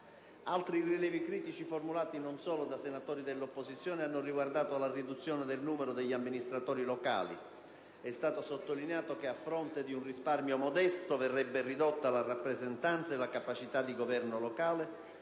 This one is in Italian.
Altri rilievi critici, formulati non solo da senatori dell'opposizione, hanno riguardato la riduzione del numero degli amministratori locali: è stato sottolineato che, a fronte di un risparmio modesto, verrebbe ridotta la rappresentanza e la capacità di governo locale,